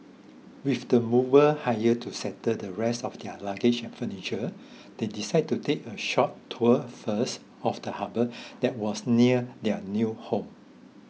with the mover hired to settle the rest of their luggage and furniture they decide to take a short tour first of the harbour that was near their new home